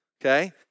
Okay